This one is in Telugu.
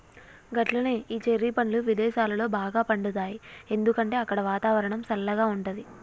గట్లనే ఈ చెర్రి పండ్లు విదేసాలలో బాగా పండుతాయి ఎందుకంటే అక్కడ వాతావరణం సల్లగా ఉంటది